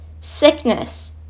Sickness